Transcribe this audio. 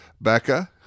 Becca